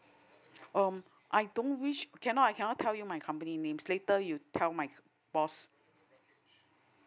um I don't wish cannot I cannot tell you my company names later you tell my boss